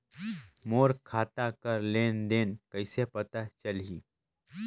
मोर खाता कर लेन देन कइसे पता चलही?